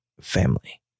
family